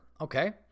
okay